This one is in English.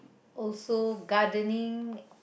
also gardening